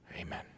Amen